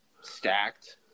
stacked